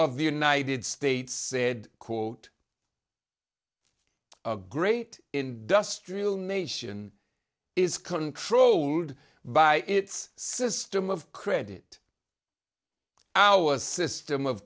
of the united states said quote a great industrial nation is controlled by its system of credit our system of